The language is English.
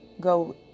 go